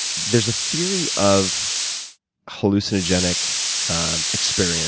there's a theory of hallucinogenic experience